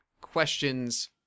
questions